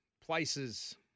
places